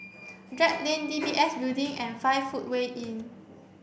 Drake Lane D B S Building and five foot way Inn